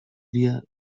via